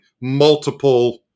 multiple